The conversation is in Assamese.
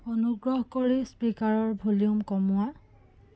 অনুুগ্ৰহ কৰি স্পীকাৰৰ ভলিউম কমোৱা